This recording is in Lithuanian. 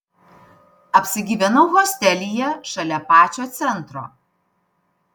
apsigyvenau hostelyje šalia pačio centro